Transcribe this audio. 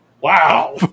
Wow